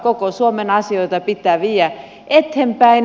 koko suomen asioita pitää viedä eteenpäin